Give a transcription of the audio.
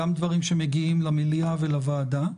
גם דברים שמגיעים למליאה ולוועדה.